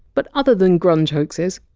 but other than grunge hoaxes,